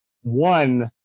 One